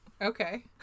Okay